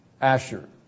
Asher